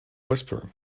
whisper